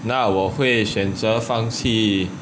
那我会选择放弃